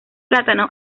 plátano